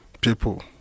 people